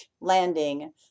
landing